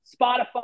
Spotify